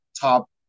top